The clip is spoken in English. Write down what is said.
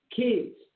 kids